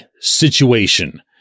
situation